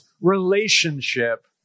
relationship